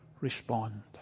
respond